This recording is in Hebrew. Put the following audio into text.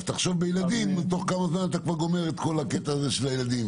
אז תחשוב בילדים תוך כמה זמן אתה כבר גומר את כל הקטע הזה של הילדים,